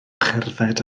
cherdded